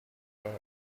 here